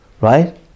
Right